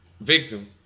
victim